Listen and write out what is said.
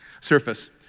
surface